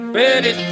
ready